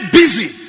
busy